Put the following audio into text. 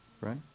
Right